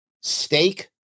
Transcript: steak